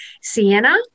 Sienna